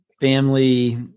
family